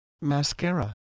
mascara